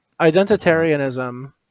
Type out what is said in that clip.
Identitarianism